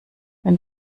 wenn